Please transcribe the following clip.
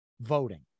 voting